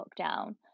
lockdown